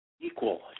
equal